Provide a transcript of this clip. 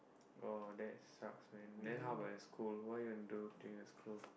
oh that sucks man then how about that school what are you going to do in the school